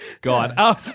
God